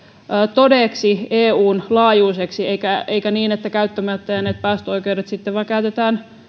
todeksi eun laajuisesti eikä käy niin että käyttämättä jääneet päästöoikeudet sitten vain käytetään